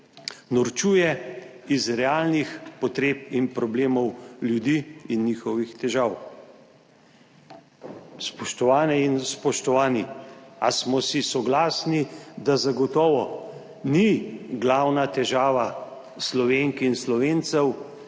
norčuje iz realnih potreb in problemov ljudi in njihovih težav. Spoštovane in spoštovani, ali smo si soglasni, da zagotovo ni glavna težava Slovenk in Slovencev,